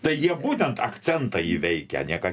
tai jie būtent akcentą įveikę ne ką